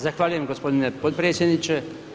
Zahvaljujem gospodine potpredsjedniče.